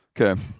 Okay